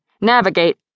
navigate